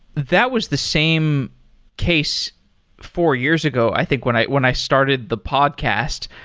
that was the same case four years ago, i think when i when i started the podcast.